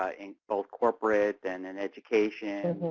ah in both corporate and and education,